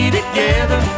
together